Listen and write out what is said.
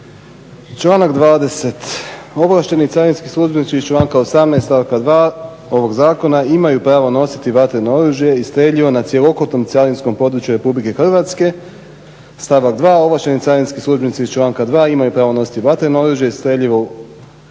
Članak 20. – "Ovlašteni carinski službenici iz članka 18. stavka 2. ovog zakona imaju pravo nositi vatreno oružje i streljivo na cjelokupnom carinskom području RH." Stavak 2. "Ovlašteni carinski službenici iz članka 2. imaju pravo nositi vatreno oružje i streljivo